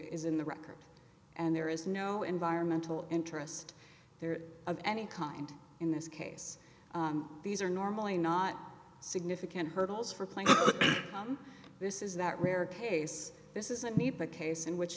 in the record and there is no environmental interest there of any kind in this case these are normally not significant hurdles for playing this is that rare case this isn't meet the case in which